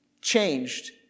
changed